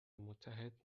متحد